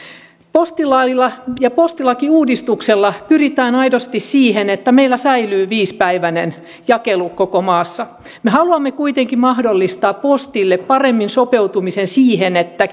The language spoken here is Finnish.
postilailla ja postilakiuudistuksella pyritään aidosti siihen että meillä säilyy viisipäiväinen jakelu koko maassa me haluamme kuitenkin mahdollistaa postille sopeutumisen paremmin siihen että